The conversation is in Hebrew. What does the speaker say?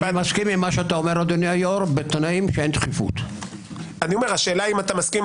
השאלה אם בית משפט העליון יוכל